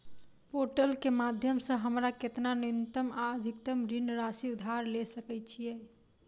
Portal केँ माध्यम सऽ हमरा केतना न्यूनतम आ अधिकतम ऋण राशि उधार ले सकै छीयै?